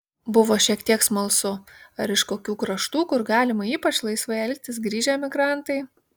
buvo šiek tiek smalsu ar iš kokių kraštų kur galima ypač laisvai elgtis grįžę emigrantai